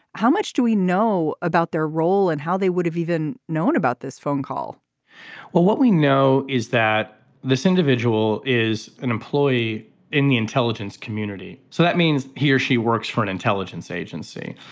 how much do we know about their role and how they would have even known about this phone call well what we know is that this individual is an employee in the intelligence community so that means he or she works for an intelligence agency.